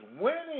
winning